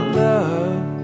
love